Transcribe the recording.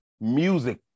music